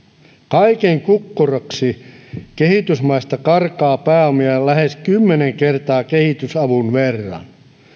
kaiken kukkuraksi kehitysmaista karkaa pääomia lähes kymmenen kertaa kehitysavun verran